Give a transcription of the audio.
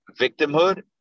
victimhood